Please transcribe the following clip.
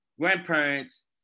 grandparents